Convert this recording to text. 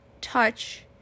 touch